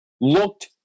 Looked